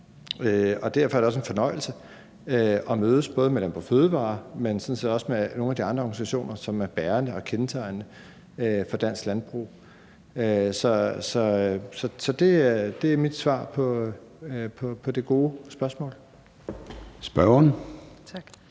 og derfor er det også en fornøjelse at mødes både med Landbrug & Fødevarer, men sådan set også med nogle af de andre organisationer, som er bærende og kendetegnende for dansk landbrug. Så det er mit svar på det gode spørgsmål. Kl.